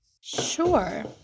Sure